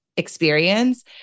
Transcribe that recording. experience